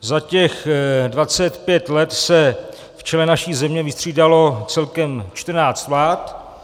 Za těch 25 let se v čele naší země vystřídalo celkem čtrnáct vlád.